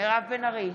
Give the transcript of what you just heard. מירב בן ארי,